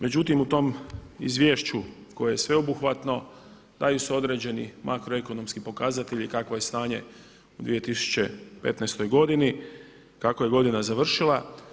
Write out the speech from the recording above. Međutim, u tom izvješću koje je sveobuhvatno daju se određeni makroekonomski pokazatelji kakvo je stanje u 2015. godini, kako je godina završila.